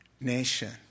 nation